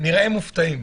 ניראה מופתעים...